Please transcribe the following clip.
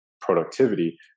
productivity